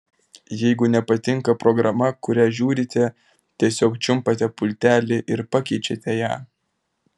jeigu nepatinka programa kurią žiūrite tiesiog čiumpate pultelį ir pakeičiate ją